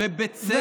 ובצדק.